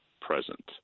present